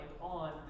on